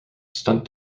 stunt